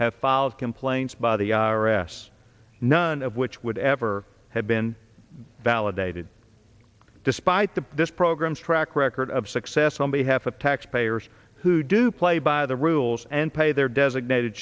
have filed complaints by the i r s none of which would ever have been validated despite the this program's track record of success on behalf of taxpayers who do play by the rules and pay their designated